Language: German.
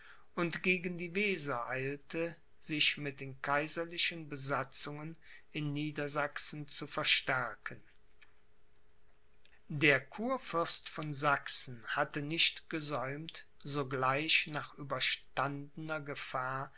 und gegen die weser eilte sich mit den kaiserlichen besatzungen in niedersachsen zu verstärken der kurfürst von sachsen hatte nicht gesäumt sogleich nach überstandener gefahr